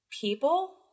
people